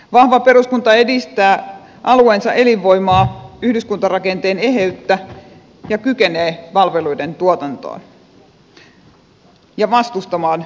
vahva peruskunta edistää alueensa elinvoimaa yhdyskuntarakenteen eheyttä ja kykenee palveluiden tuotantoon ja vastustamaan markkinoita